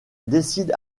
décide